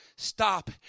Stop